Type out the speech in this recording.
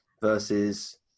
versus